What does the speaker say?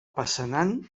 passanant